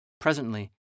Presently